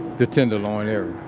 the tenderloin area.